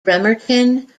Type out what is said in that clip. bremerton